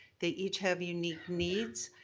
they each have unique needs.